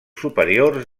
superiors